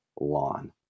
lawn